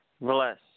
Bless